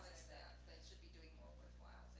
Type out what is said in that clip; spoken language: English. should be doing more worthwhile